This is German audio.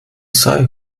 sei